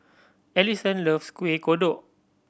Ellison loves Kuih Kodok